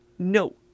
No